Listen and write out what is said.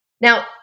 Now